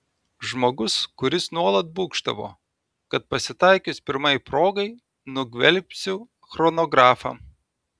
žmogus kuris nuolat būgštavo kad pasitaikius pirmai progai nugvelbsiu chronografą